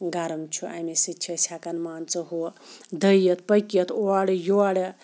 گَرم چھُ امے سۭتۍ چھِ أسۍ ہیٚکان مان ژٕ ہہُ دٔیِتھ پٔکِتھ اورٕ یورٕ